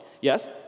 yes